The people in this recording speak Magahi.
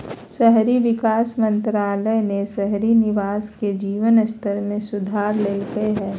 शहरी विकास मंत्रालय ने शहरी निवासी के जीवन स्तर में सुधार लैल्कय हइ